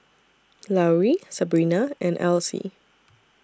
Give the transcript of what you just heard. Lauri Sabrina and Alcie